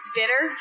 bitter